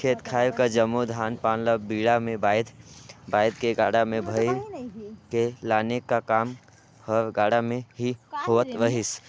खेत खाएर कर जम्मो धान पान ल बीड़ा मे बाएध बाएध के गाड़ा मे भइर के लाने का काम हर गाड़ा मे ही होवत रहिस